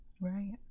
Right